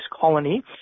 colony